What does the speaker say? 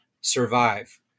survive